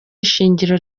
ishingiro